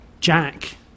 Jack